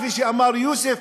כפי שאמר יוסף,